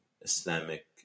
Islamic